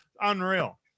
unreal